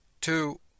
two